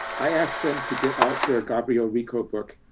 i asked them to get out there gabriele rico book,